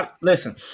Listen